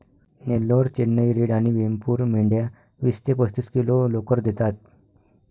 Nellore, Chennai red आणि वेमपूर मेंढ्या वीस ते पस्तीस किलो लोकर देतात